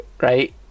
right